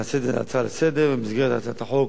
נעשה את זה הצעה לסדר-היום, ובמסגרת הצעת החוק